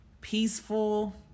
peaceful